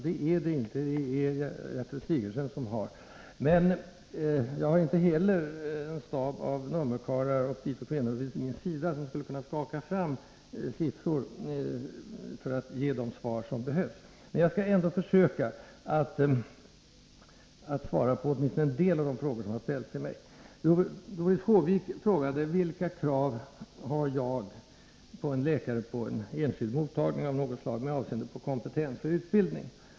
Det är det inte — det är Gertrud Sigurdsen som har det ansvaret. Jag har inte heller en stab av nummerkarlar och dito kvinnor vid min sida, som skulle kunna skaka fram siffror för de svar som behövs. Men jag skall ändå försöka svara på åtminstone en del av de frågor som har ställts till mig. Doris Håvik frågade vilka krav jag har på en läkare på en enskild mottagning av något slag med avseende på kompetens och utbildning.